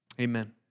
Amen